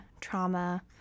trauma